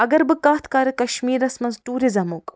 اگر بہٕ کتھ کرٕ کشمیٖرس منٛز ٹوٗرِزمُک